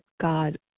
God